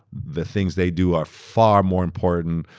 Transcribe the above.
the things they do are far more important,